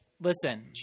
listen